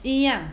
一样